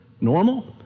Normal